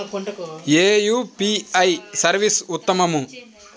ఏ UPI service ఉత్తమము?